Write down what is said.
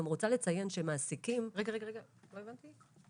רגע, לא הבנתי.